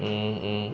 mm mm